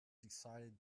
decided